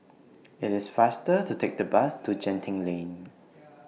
IT IS faster to Take The Bus to Genting Lane